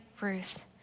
Ruth